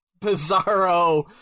bizarro